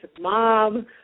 mom